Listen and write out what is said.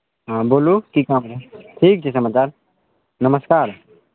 हँ बोलू की काम हए ठीक छै समाचार नमस्कार